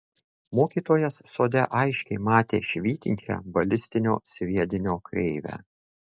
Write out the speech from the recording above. mokytojas sode aiškiai matė švytinčią balistinio sviedinio kreivę